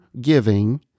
giving